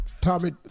tommy